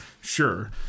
sure